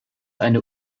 eine